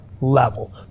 level